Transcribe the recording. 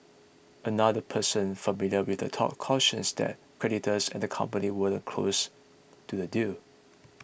another person familiar with the talks cautions that creditors and the company weren't close to a deal